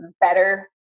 better